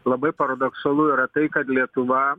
labai paradoksalu yra tai kad lietuva